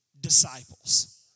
disciples